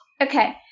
Okay